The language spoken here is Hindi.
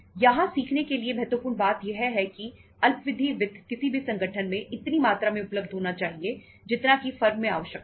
यहां सीखने के लिए महत्वपूर्ण बात यह है कि अल्प विधि वित्त किसी भी संगठन में इतनी मात्रा में उपलब्ध होना चाहिए जितना की फर्म में आवश्यकता है